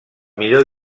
millor